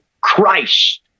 Christ